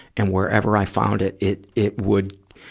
and whenever i found it, it, it would,